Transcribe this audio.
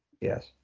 Yes